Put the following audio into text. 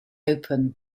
open